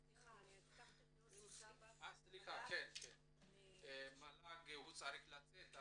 סליחה, הבטחתי ליוסי סבג מהמל"ג שצריך לצאת.